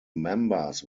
members